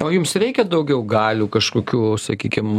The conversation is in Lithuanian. o jums reikia daugiau galių kažkokių sakykim